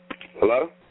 Hello